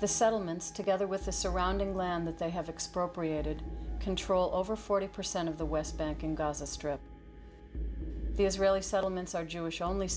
the settlements together with the surrounding land that they have explored created control over forty percent of the west bank and gaza strip the israeli settlements are jewish only